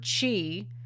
chi